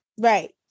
Right